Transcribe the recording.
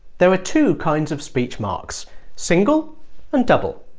there are two kinds of speech marks single and double.